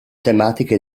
tematiche